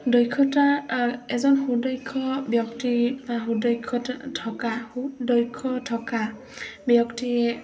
দক্ষতা এজন সুদক্ষ ব্যক্তি বা সুদক্ষত থকা সুদক্ষ থকা ব্যক্তিয়ে